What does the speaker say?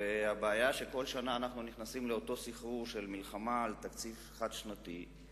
והבעיה שבכל שנה אנחנו נכנסים לאותו סחרור של מלחמה על תקציב חד-שנתי.